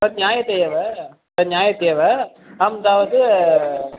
तत् ज्ञयते एव तत् ज्ञायते एव अहं तावत्